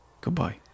goodbye